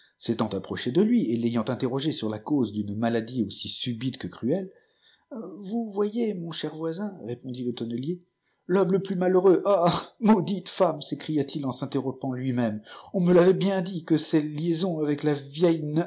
s'étant approché de lui et l'ayant interrogé sur la cause de sa maladie vous voyez mon cher voisin répondit le tonnelier l'homme le plus malheureux ah maudite femme on m'avait bien dit que tes liaisons avec laf vieille